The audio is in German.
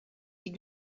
die